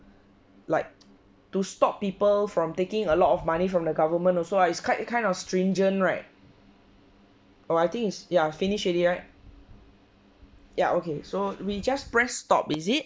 like to stop people from taking a lot of money from the government also ah it's kind kind of stringent right err I think is ya finish already right ya okay so we just press stopped is it